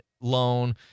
loan